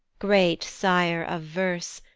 great sire of verse,